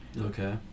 Okay